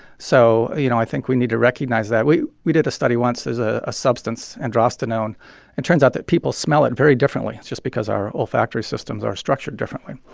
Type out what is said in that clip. so you know, i think we need to recognize that. we we did a study once. there's ah a substance, androsterone it turns out that people smell it very differently. it's just because our olfactory systems are structured differently.